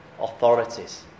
authorities